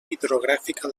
hidrogràfica